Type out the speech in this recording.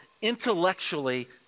intellectually